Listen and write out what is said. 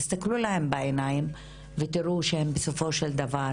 תסתכלו להן בעיניים ותראו שבסופו של דבר